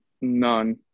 None